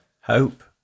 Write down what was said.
Hope